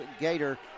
Gator